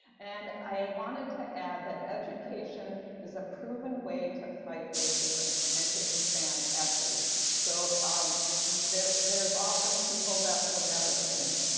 and i wanted to add that education is a proven way to fight racism and to expand equity. so um yeah there's there's often people that will never change,